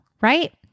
right